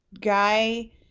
guy